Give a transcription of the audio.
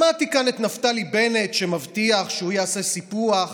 שמעתי כאן את נפתלי בנט מבטיח שהוא יעשה סיפוח.